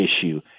issue